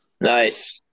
Nice